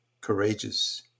courageous